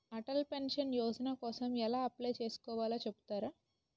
Atal pension Yojana కోసం ఎలా apply చేసుకోవాలో చెపుతారా?